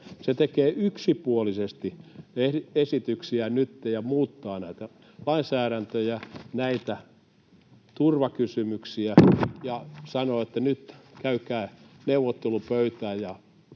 Se tekee yksipuolisesti esityksiään nytten ja muuttaa näitä lainsäädäntöjä, näitä turvakysymyksiä, ja sanoo, että nyt käykää neuvottelupöytään